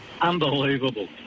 unbelievable